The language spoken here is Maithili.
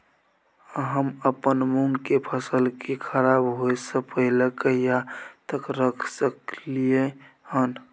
हम अपन मूंग के फसल के खराब होय स पहिले कहिया तक रख सकलिए हन?